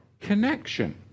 Connection